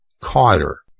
Carter